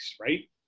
right